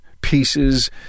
pieces